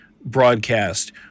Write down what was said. broadcast